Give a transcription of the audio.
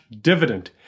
dividend